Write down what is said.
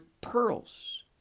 pearls